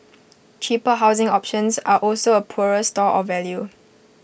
cheaper housing options are also A poorer store of value